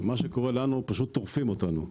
כרגע תוקפים אותנו.